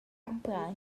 cumprar